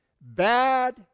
Bad